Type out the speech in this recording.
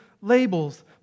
labels